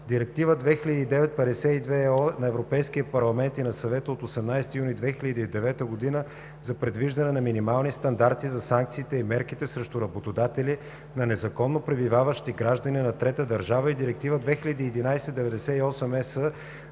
Директива 2009/52/ЕО на Европейския парламент и на Съвета от 18 юни 2009 г. за предвиждане на минимални стандарти за санкциите и мерките срещу работодатели на незаконно пребиваващи граждани на трета държава и Директива 2011/98/ЕС